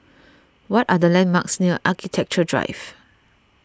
what are the landmarks near Architecture Drive